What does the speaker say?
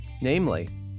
namely